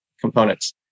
components